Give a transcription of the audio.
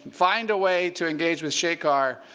find a way to engage with shekar.